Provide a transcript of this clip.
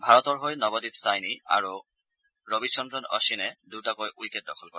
ভাৰতৰ হৈ নৱদীপ চইনী আৰু ৰবিচন্দ্ৰন অশ্মিনে দুটাকৈ উইকেট দখল কৰে